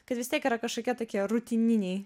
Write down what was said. kad vis tiek yra kažkokie tokie rutininiai